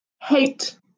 hate